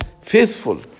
faithful